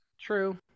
True